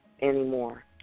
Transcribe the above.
anymore